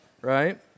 right